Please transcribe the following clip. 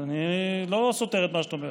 אני לא סותר את מה שאת אומרת,